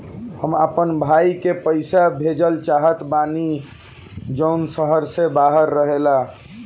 हम अपना भाई के पइसा भेजल चाहत बानी जउन शहर से बाहर रहेला